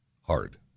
hard